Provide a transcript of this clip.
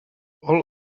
all